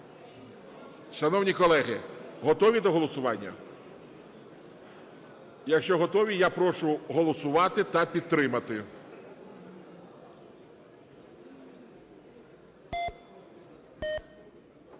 Шановні колеги, готові до голосування? Якщо готові, я прошу голосувати та підтримати.